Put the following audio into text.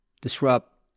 disrupt